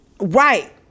right